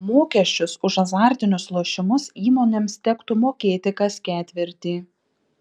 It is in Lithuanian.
mokesčius už azartinius lošimus įmonėms tektų mokėti kas ketvirtį